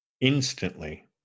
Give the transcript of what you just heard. Instantly